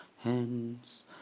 hands